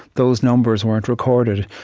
those numbers weren't recorded.